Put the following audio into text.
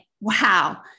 wow